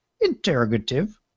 Interrogative